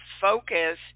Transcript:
focus